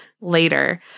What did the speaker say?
later